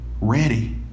Ready